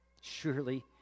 surely